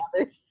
others